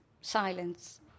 silence